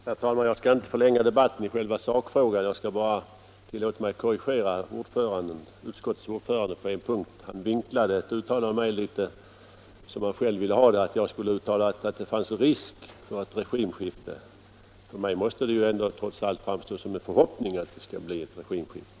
Herr talman! Jag skall inte förlänga debatten i själva sakfrågan. Jag skall bara tillåta mig att korrigera utskottets ordförande på en punkt. Han vinklade ett uttalande av mig så att det blev som han själv ville ha det. Enligt honom skulle jag ha uttalat att det fanns risk för ett regimskifte. För mig måste det trots allt framstå som en förhoppning att det skall bli ett regimskifte.